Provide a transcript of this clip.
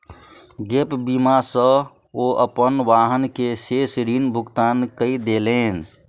gap बीमा सॅ ओ अपन वाहन के शेष ऋण भुगतान कय देलैन